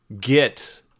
get